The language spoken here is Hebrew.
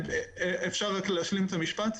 אפשר רק להשלים את המשפט?